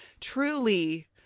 truly